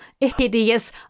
hideous